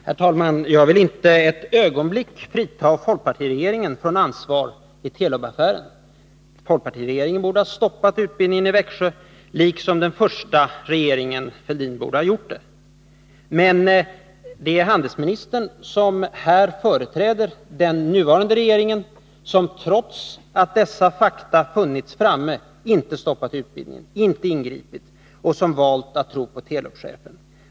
Herr talman! Jag vill inte ett ögonblick frita folkpartiregeringen från ansvar i Telubaffären. Folkpartiregeringen borde ha stoppat utbildningen i Växjö, liksom den första regeringen Fälldin borde ha gjort det. Men det är handelsministern som här företräder den nuvarande regeringen, som trots att dessa fakta funnits framme inte ingripit och stoppat utbildningen utan som valt att tro på Telubchefen.